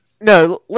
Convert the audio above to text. No